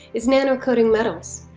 is nano-coating metals.